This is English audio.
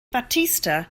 battista